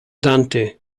dante